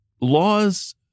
laws